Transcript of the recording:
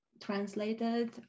Translated